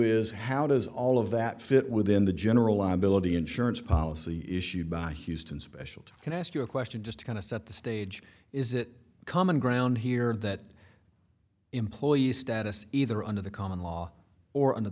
is how does all of that fit within the general liability insurance policy issued by houston specialty can i ask you a question just to kind of set the stage is it common ground here that employees status either under the common law or under